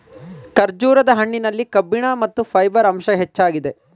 ಖರ್ಜೂರದ ಹಣ್ಣಿನಲ್ಲಿ ಕಬ್ಬಿಣ ಮತ್ತು ಫೈಬರ್ ಅಂಶ ಹೆಚ್ಚಾಗಿದೆ